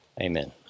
Amen